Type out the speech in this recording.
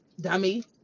Dummy